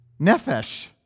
nefesh